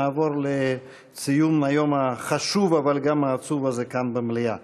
נעבור לציון היום החשוב אבל גם העצוב הזה כאן במליאה.